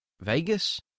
Vegas